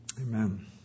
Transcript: Amen